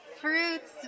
fruits